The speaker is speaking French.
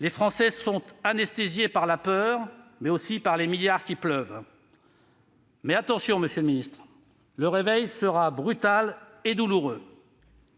Les Français sont anesthésiés par la peur, mais aussi par les milliards qui pleuvent. Attention, monsieur le ministre, le réveil sera brutal et douloureux